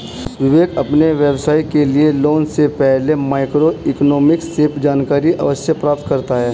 विवेक अपने व्यवसाय के नए लॉन्च से पहले माइक्रो इकोनॉमिक्स से जानकारी अवश्य प्राप्त करता है